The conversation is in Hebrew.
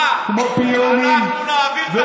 אנחנו נעביר את החוק